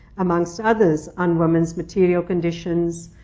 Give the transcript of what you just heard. amongst others, on women's material conditions,